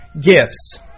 Gifts